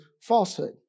falsehood